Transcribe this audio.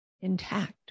intact